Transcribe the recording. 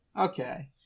Okay